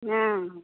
हँ